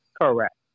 Correct